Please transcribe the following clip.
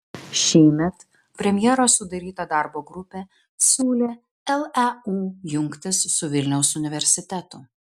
šįmet premjero sudaryta darbo grupė siūlė leu jungtis su vilniaus universitetu